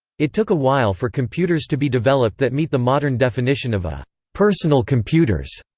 it took a while for computers to be developed that meet the modern definition of a personal computers,